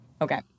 Okay